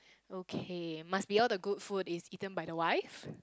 okay must be all the good food is eaten by the wife